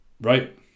right